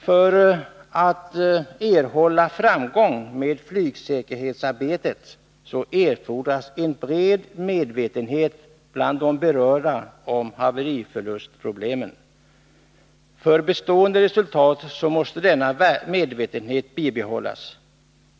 För att erhålla framgång med flygsäkerhetsarbetet erfordras en bred medvetenhet bland de berörda om haveriförlustproblemen. För bestående resultat måste denna medvetenhet bibehållas.